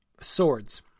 swords